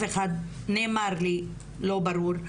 נאמר לי לא ברור,